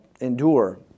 endure